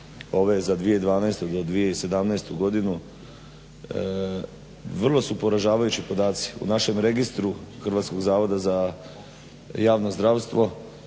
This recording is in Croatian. ove za 2012.-2017. godinu. Vrlo su poražavajući podaci. U našem registru Hrvatskog zavoda za javno zdravstvo